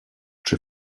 czy